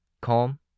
Calm